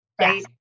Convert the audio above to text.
right